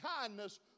kindness